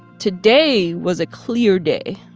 today was a clear day.